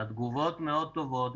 התגובות מאוד טובות.